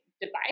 device